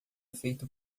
feito